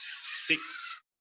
six